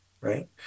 right